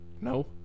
No